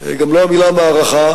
גם לא המלה מערכה.